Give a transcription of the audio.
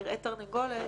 כרעי תרנגולת,